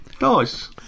nice